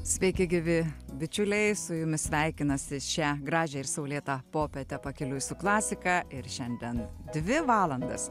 sveiki gyvi bičiuliai su jumis sveikinasi šią gražią ir saulėtą popietę pakeliui su klasika ir šiandien dvi valandas